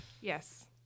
Yes